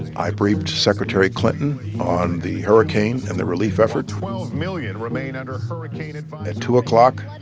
i briefed secretary clinton on the hurricane and the relief effort twelve million remain under hurricane advisory at two o'clock,